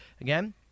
Again